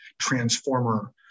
transformer